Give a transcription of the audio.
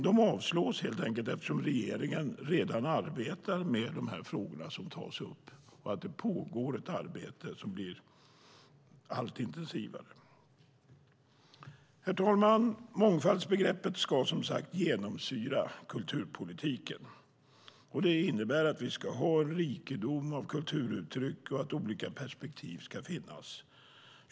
De avstyrks eftersom regeringen redan arbetar med de frågor som tas upp. Det pågår ett arbete som blir allt intensivare. Herr talman! Mångfaldsbegreppet ska genomsyra kulturpolitiken. Det innebär att vi ska ha en rikedom av kulturuttryck och att olika perspektiv ska finnas.